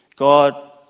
God